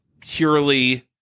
purely